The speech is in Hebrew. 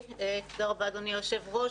תודה רבה, אדוני היושב ראש.